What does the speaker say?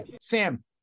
Sam